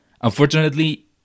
unfortunately